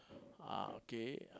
ah okay